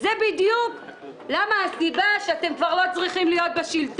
זאת בדיוק הסיבה למה אתם כבר לא צריכים להיות בשלטון.